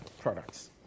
products